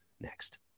next